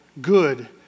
good